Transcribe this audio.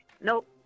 Nope